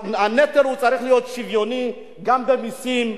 הנטל צריך להיות שוויוני גם במסים,